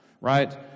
right